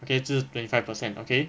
okay 这是 twenty five per cent okay